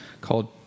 called